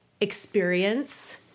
experience